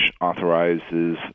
authorizes